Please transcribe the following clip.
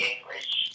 English